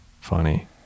funny